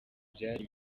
byari